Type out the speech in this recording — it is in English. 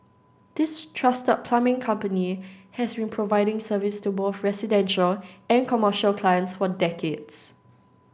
this trusted plumbing company has been providing service to both residential and commercial clients for decades